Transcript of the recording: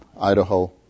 Idaho